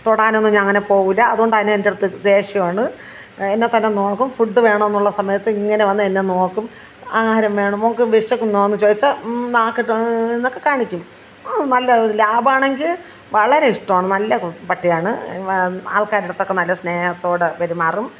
തൊടാനൊന്നും ഞാനങ്ങനെ പോകില്ല അതു കൊണ്ട് അതിൻ്റെ അടുത്തു ദേഷ്യമാണ് എന്നെത്തന്നെ നോക്കും ഫുഡ് വേണമെന്നുള്ള സമയത്ത് ഇങ്ങനെ വന്ന് എന്നെ നോക്കും ആഹാരം വേണോ മോൾക്ക് വിശക്കുന്നോയെന്നു ചോദിച്ചാൽ മ്മ് നക്കിയിട്ട് ഏ ഏ ഏന്നൊക്കെ കാണിക്കും നല്ല ഒരു ലാബാണെങ്കിൽ വളരെ ഇഷ്ടമാണ് നല്ല പട്ടിയാണ് ആൾക്കാരുടെ അടുത്തൊക്കെ നല്ല സ്നേഹത്തോടെ പെരുമാറും